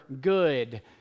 good